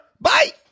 Bye